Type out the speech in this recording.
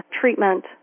treatment